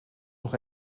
nog